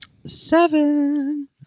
Seven